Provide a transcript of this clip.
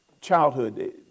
childhood